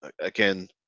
Again